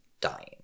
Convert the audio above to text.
dying